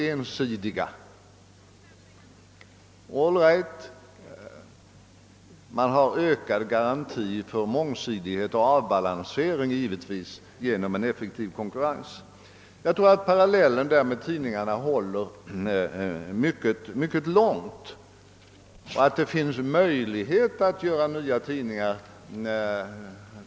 I sådana fall har man större garantier för mångsidighet och avbalansering genom en effektiv konkurrens. Jag tror att parallellen med tidningarna håller mycket långt. Vi vet att det finns teoretiska möjligheter att starta nya tidningar.